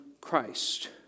Christ